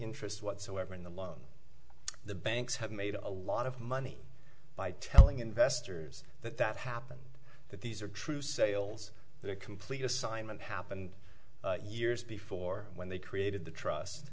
interest whatsoever in the loan the banks have made a lot of money by telling investors that that happens that these are true sales they're complete assignment happened years before when they created the trust